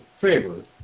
favor